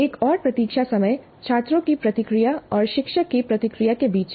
एक और प्रतीक्षा समय छात्रों की प्रतिक्रिया और शिक्षक की प्रतिक्रिया के बीच है